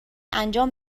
انجام